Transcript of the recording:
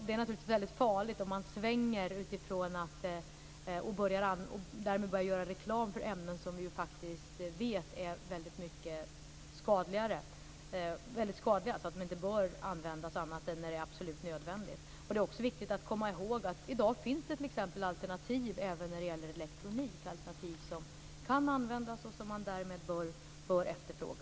Det är naturligtvis väldigt farligt om man svänger och börjar göra reklam för ämnen som vi faktiskt vet är väldigt skadliga och inte bör användas annat än när det är absolut nödvändigt. Det är också viktigt att komma ihåg att det i dag finns alternativ även när det gäller t.ex. elektronik, alternativ som kan användas och som man därmed bör efterfråga.